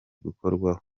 gukorwaho